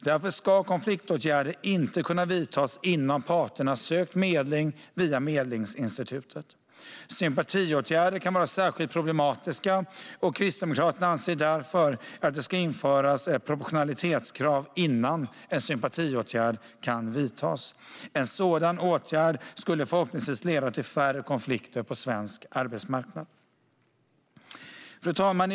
Därför ska konfliktåtgärder inte kunna vidtas innan parterna sökt medling via Medlingsinstitutet. Sympatiåtgärder kan vara särskilt problematiska, och Kristdemokraterna anser därför att det ska införas ett proportionalitetskrav innan en sympatiåtgärd kan vidtas. En sådan åtgärd skulle förhoppningsvis leda till färre konflikter på svensk arbetsmarknad. Fru talman!